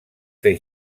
fer